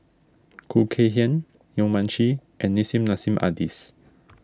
Khoo Kay Hian Yong Mun Chee and Nissim Nassim Adis